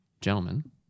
Gentlemen